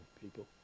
people